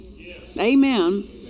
Amen